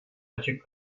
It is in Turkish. açık